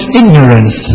ignorance